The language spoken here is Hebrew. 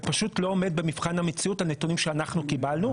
זה פשוט לא עומד במבחן המציאות הנתונים שאנחנו קיבלנו.